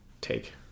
take